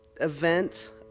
event